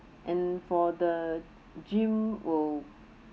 and for the gym will